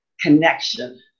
connection